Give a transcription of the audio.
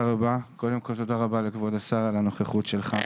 קודם כל, תודה רבה לכבוד השר על הנוכחות שלך.